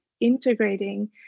integrating